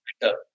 better